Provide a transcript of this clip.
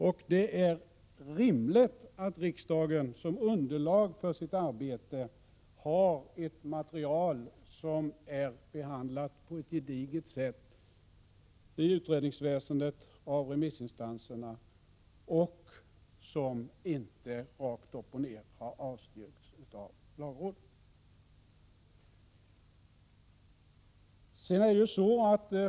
Och det är rimligt att riksdagen som underlag för sitt arbete har ett material som är behandlat på ett gediget sätt i utredningsväsendet och av remissinstanserna och som inte rakt upp och ner har avstyrkts av lagrådet.